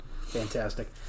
Fantastic